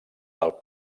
del